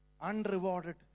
unrewarded